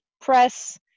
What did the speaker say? press